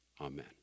Amen